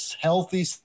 healthy